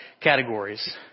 categories